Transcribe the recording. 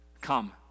come